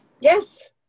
Yes